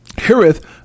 heareth